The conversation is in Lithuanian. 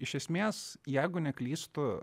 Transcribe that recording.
iš esmės jeigu neklystu